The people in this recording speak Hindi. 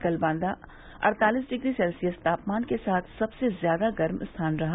कल बांदा अड़तालिस डिग्री सेल्सियस तापमान के साथ सबसे ज्यादा गर्म स्थान रहा